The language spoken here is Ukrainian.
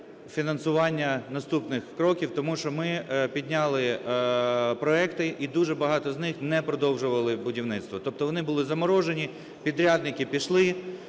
фінансування наступних кроків, тому що ми підняли проекти і дуже багато з них не продовжували будівництво. Тобто вони були заморожені, підрядники пішли,